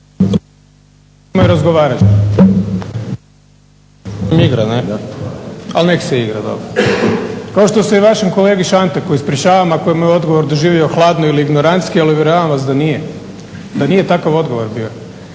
i razgovarat ćemo. Kao što se i vašem kolegi Šanteku ispričavam ako je moj odgovor doživio hladno ili ignorantski, ali uvjeravam vas da nije, da nije takav odgovor bio.